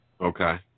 Okay